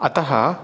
अतः